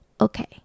okay